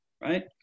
right